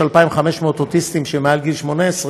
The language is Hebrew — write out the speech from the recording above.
יש 2,500 אוטיסטים שהם מעל גיל 18,